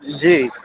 جی